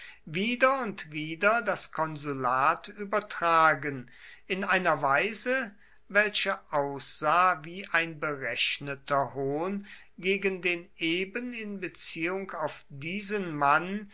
wieder und wieder das konsulat übertragen in einer weise welche aussah wie ein berechneter hohn gegen den eben in beziehung auf diesen mann